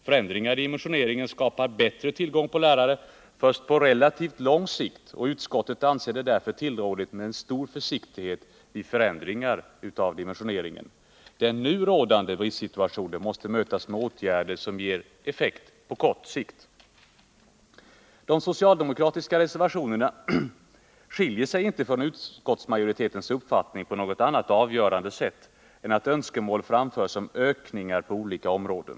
Förändringar i dimensioneringen skapar bättre tillgång på lärare först på relativt lång sikt, och utskottet anser det därför tillrådligt med stor försiktighet vid förändringar av dimensioneringen. Den nu rådande bristsituationen måste mötas med åtgärder som ger effekt på kort sikt. De socialdemokratiska reservationerna skiljer sig inte från utskottsmajoritetens uppfattning på något annat avgörande sätt än att önskemål framförs om ökningar på olika områden.